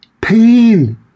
pain